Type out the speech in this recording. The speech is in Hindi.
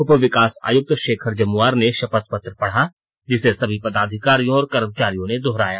उप विकास आयुक्त शेखर जमुआर ने शपथ पत्र पढ़ा जिसे सभी पदाधिकारियों और कर्मचारियों ने दोहराया